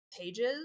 pages